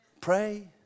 pray